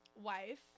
wife